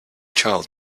child